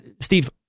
Steve